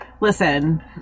listen